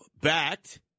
backed